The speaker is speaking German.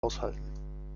aushalten